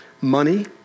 Money